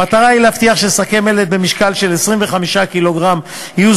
המטרה היא להבטיח ששקי מלט במשקל 25 קילוגרם יהיו